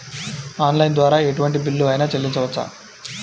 Online ద్వారా ఎటువంటి bill అయినా చెల్లించవచ్చా?